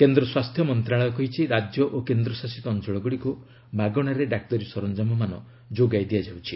କେନ୍ଦ୍ର ସ୍ୱାସ୍ଥ୍ୟ ମନ୍ତ୍ରଣାଳୟ କହିଛି ରାଜ୍ୟ ଓ କେନ୍ଦ୍ରଶାସିତ ଅଞ୍ଚଳଗୁଡ଼ିକୁ ମାଗଣାରେ ଡାକ୍ତରୀ ସରଞ୍ଜାମମାନ ଯୋଗାଇ ଦିଆଯାଉଛି